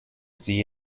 see